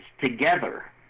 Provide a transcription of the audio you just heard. together